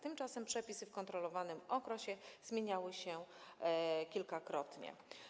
Tymczasem przepisy w kontrolowanym okresie zmieniały się kilkakrotnie.